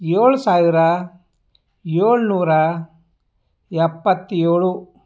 ಏಳು ಸಾವಿರ ಏಳು ನೂರ ಎಪ್ಪತ್ತೇಳು